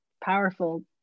powerful